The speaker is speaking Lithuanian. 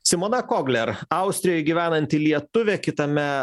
simona kogler austrijoj gyvenanti lietuvė kitame